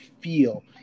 feel